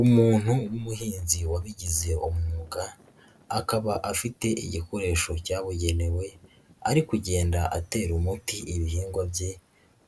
Umuntu w'umuhinzi wabigize umwuga akaba afite igikoresho cyabugenewe, ari kugenda atera umuti ibihingwa bye